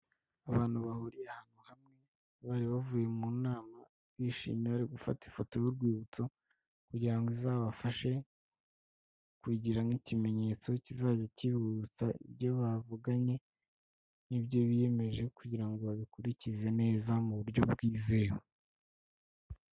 Abantu bahuriye ahantu hamwe bari bavuye mu nama, bishimira gufata ifoto y'urwibutso kugira ngo izabafashe kubigira nk'ikimenyetso kizajya kibubutsa ibyo bavuganye n'ibyo biyemeje kugira ngo babikurikize neza mu buryo bwizewe.